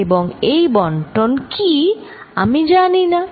এবং এই বন্টন কি আমি জানিনা